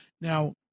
Now